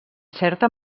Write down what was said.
certa